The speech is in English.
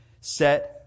Set